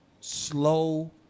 slow